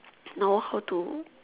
know how to